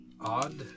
odd